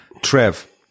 Trev